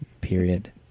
Period